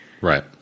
Right